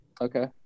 Okay